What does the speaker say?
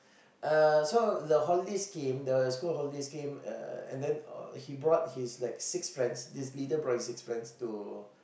uh so the holidays came the school holidays came uh and then he brought his like six friends this leader brought like six friends to